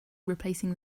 replacing